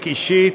אישית,